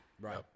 right